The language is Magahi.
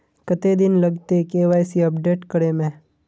कते दिन लगते के.वाई.सी अपडेट करे में?